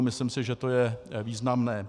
Myslím si, že to je významné.